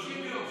30 יום,